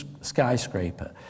skyscraper